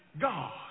God